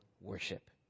worship